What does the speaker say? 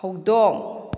ꯍꯧꯗꯣꯡ